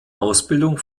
ausbildung